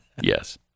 Yes